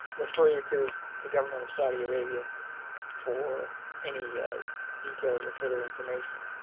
refer you to the government of saudi arabia for any details or further information.